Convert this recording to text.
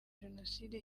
jenoside